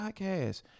podcast